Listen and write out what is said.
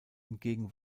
hingegen